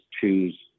choose